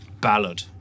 ballad